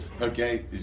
Okay